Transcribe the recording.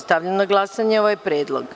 Stavljam na glasanje ovaj predlog.